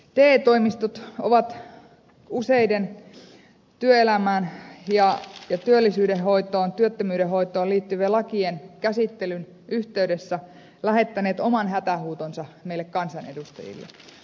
te toimistot ovat useiden työelämään ja työllisyyden hoitoon työttömyyden hoitoon liittyvien lakien käsittelyn yhteydessä lähettäneet oman hätähuutonsa meille kansanedustajille